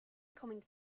coming